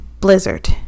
blizzard